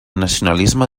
nacionalisme